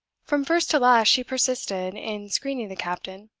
from first to last she persisted in screening the captain.